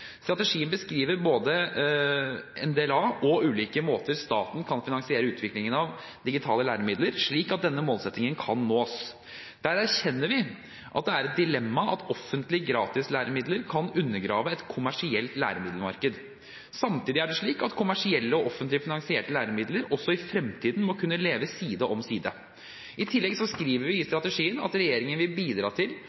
Strategien beskriver både NDLA og ulike måter staten kan finansiere utvikling av digitale læremidler på, slik at denne målsettingen kan nås. Der erkjenner vi at det er et dilemma at offentlige gratislæremidler kan undergrave et kommersielt læremiddelmarked. Samtidig er det slik at kommersielle og offentlig finansierte læremidler også i fremtiden må kunne leve side om side. I tillegg skriver vi i